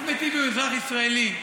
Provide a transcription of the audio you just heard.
אחמד טיבי אזרח ישראלי.